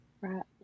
Right